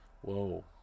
whoa